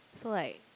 so like